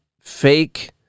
fake